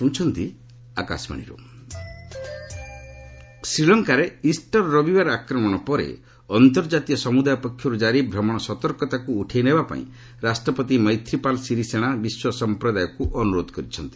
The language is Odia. ଶ୍ରୀଲଙ୍କା ଟୁରିଜିମ ଶ୍ରୀଲଙ୍କାରେ ଇଷ୍ଟର ରବିବାର ଆକ୍ରମଣ ପରେ ଅନ୍ତର୍ଜାତୀୟ ସମୁଦାୟ ପକ୍ଷରୁ ଜାରି ଭ୍ରମଣ ସତର୍କତାକୁ ଉଠାଇ ନେବାପାଇଁ ରାଷ୍ଟ୍ରପତି ମୈଥିପାଲ ଶିରିସେଣା ବିଶ୍ୱସମ୍ପ୍ରଦାୟଙ୍କୁ ଅନୁରୋଧ କରିଛନ୍ତି